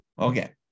Okay